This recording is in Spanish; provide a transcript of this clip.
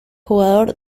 jugador